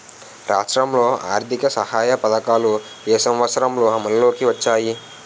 రాష్ట్రంలో ఆర్థిక సహాయ పథకాలు ఏ సంవత్సరంలో అమల్లోకి వచ్చాయి?